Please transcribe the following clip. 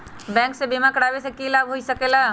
Bank से बिमा करावे से की लाभ होई सकेला?